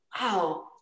wow